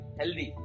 healthy